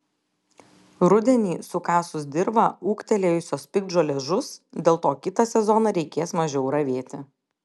rudenį sukasus dirvą ūgtelėjusios piktžolės žus dėl to kitą sezoną reikės mažiau ravėti